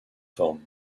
formes